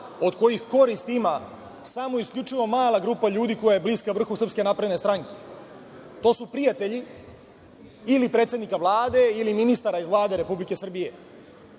od kojih korist ima samo isključivo mala grupa ljudi koja je bliska vrhu Srpske napredne stranke. To su prijatelji ili predsednika Vlade ili ministara iz Vlade Republike Srbije. Produkt